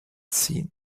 seen